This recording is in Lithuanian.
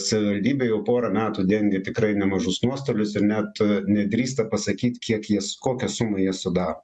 savivaldybė jau porą metų dengia tikrai nemažus nuostolius ir net nedrįsta pasakyt kiek jie kokią sumą jie sudaro